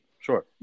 Sure